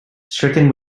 stricken